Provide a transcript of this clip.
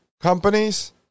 companies